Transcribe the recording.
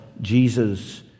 Jesus